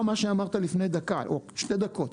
גם מה שאמרת לפני דקה או שתי דקות.